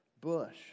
bush